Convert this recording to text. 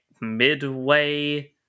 midway